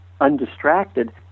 undistracted